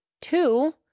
two